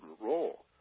role